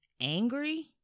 angry